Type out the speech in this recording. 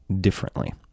differently